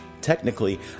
Technically